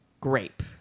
grape